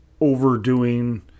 overdoing